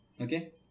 Okay